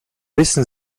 wissen